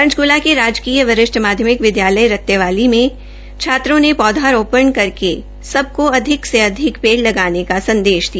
पंचकृला के राजकीय वरिष्ठ माध्यमिक विदयालय रतेवाली में छात्रों ने पौधा रोपण करके सब को अधिक से अधिक पेड़ लगाने का संदेश दिया